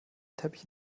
teppich